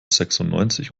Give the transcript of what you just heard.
sechsundneunzig